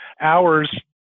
hours